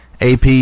AP